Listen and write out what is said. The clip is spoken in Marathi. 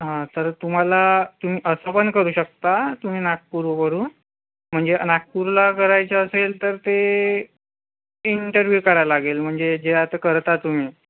हां तर तुम्हाला तुम्ही असं पण करू शकता तुम्ही नागपूरवरून म्हणजे नागपूरला करायचं असेल तर ते इंटरव्यू करावा लागेल म्हणजे जे आता करता तुम्ही